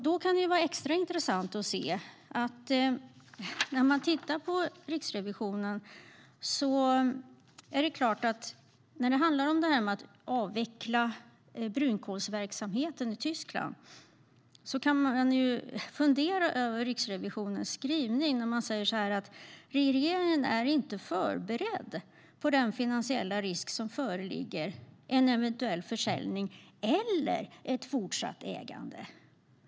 Det kan vara extra intressant att titta på Riksrevisionens skrivning när det gäller avvecklingen av brunkolsverksamheten i Tyskland. De säger att regeringen inte är förberedd på den finansiella risk som föreligger vid en eventuell försäljning eller ett fortsatt ägande.